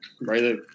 Right